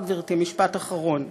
כבר, גברתי, משפט אחרון.